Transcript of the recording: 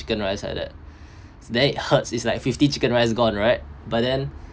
chicken rice like that that is hurts is like fifty chicken rice gone right but then